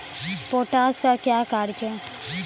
Potash का क्या कार्य हैं?